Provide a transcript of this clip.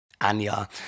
Anya